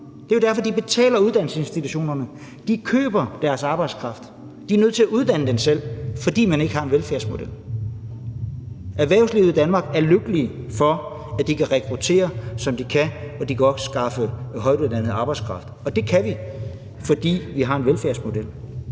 Det er derfor, de betaler uddannelsesinstitutionerne. De køber deres arbejdskraft. De er nødt til at uddanne den selv, fordi man ikke har en velfærdsmodel. Erhvervslivet i Danmark er lykkelig for, at de kan rekruttere, som de kan, og at de også kan skaffe højtuddannet arbejdskraft, og det kan de, fordi vi har en velfærdsmodel.